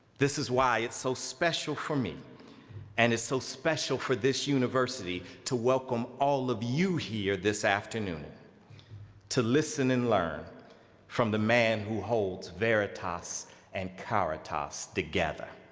this is why it's so special for me and it's so special for this university to welcome all of you here this afternoon to listen and learn from the man who holds veritas and caritas together.